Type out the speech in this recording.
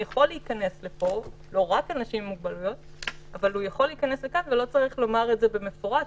יכול להיכנס לפה ואין צורך לומר את זה במפורש.